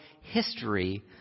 history